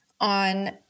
on